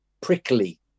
prickly